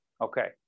Okay